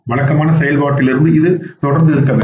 வழக்கமான செயல்பாட்டில் இது தொடர்ந்து இருக்க வேண்டும்